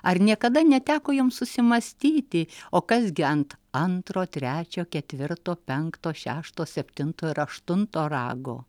ar niekada neteko jums susimąstyti o kas gi ant antro trečio ketvirto penkto šešto septinto ir aštunto rago